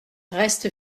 reste